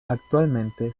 actualmente